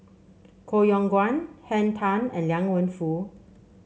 Koh Yong Guan Henn Tan and Liang Wenfu